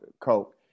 Coke